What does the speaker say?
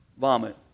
vomit